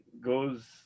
goes